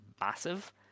massive